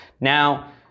Now